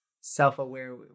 self-aware